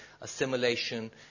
assimilation